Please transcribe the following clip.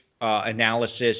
analysis